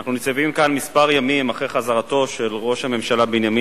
אנחנו ניצבים כאן כמה ימים אחרי חזרתו של ראש הממשלה בנימין